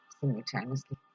simultaneously